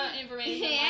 information